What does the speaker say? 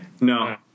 no